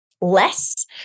less